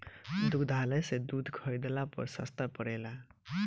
दुग्धालय से दूध खरीदला पर सस्ता पड़ेला?